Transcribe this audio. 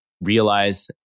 realize